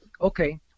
Okay